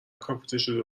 کاپوتشو